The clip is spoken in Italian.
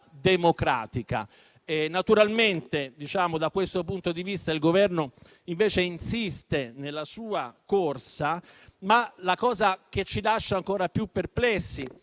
democratica. Da questo punto di vista il Governo invece insiste nella sua corsa, ma la cosa che ci lascia ancora più perplessi è